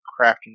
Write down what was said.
crafting